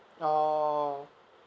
oh